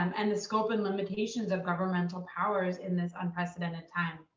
um and the scope and limitations of governmental powers in this unprecedented time.